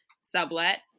sublet